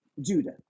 Judah